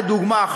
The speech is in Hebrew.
לדוגמה,